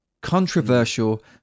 Controversial